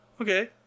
okay